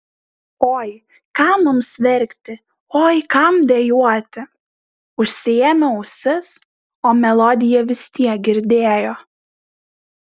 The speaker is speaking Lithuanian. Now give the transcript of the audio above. oi kam mums verkti oi kam dejuoti užsiėmė ausis o melodiją vis tiek girdėjo